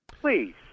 Please